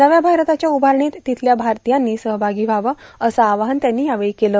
नव्या भारताच्या उभारणीत तेथील भारतियांनी सहभागी व्हावं असं आवाहन त्यांनी यावेळी केलं